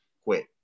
quit